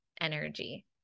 energy